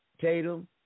Tatum